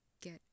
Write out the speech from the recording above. get